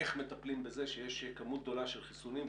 איך מטפלים בזה שיש כמות גדולה של חיסונים,